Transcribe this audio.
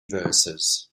verses